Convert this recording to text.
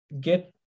get